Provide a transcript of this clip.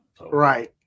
Right